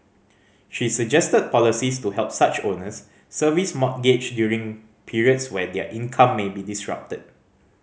she suggested policies to help such owners service mortgage during periods where their income may be disrupted